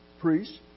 priests